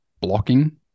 blocking